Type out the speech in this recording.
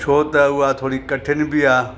छो त उहा थोरी कठिन बि आहे